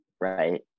right